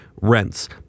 rents